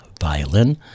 violin